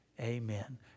Amen